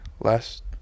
last